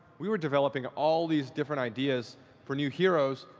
we were developing all of these different ideas for new heroes,